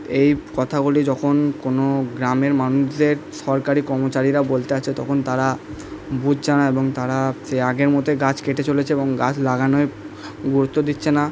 এই কথাগুলি যখন কোনো গ্রামের মানুষদের সরকারি কর্মচারীরা বলতে আসে তখন তারা বুঝছে না এবং তারা সেই আগের মতোই গাছ কেটে চলেছে এবং গাছ লাগানোয় গুরুত্ব দিচ্ছে না